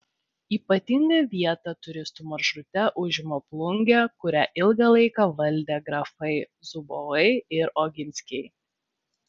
ypatingą vietą turistų maršrute užima plungė kurią ilgą laiką valdė grafai zubovai ir oginskiai